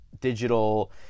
digital